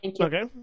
Okay